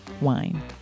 wine